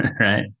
right